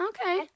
Okay